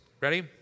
Ready